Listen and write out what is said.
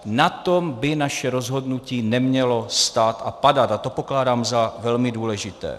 Na tom by naše rozhodnutí nemělo stát a padat a to pokládám za velmi důležité.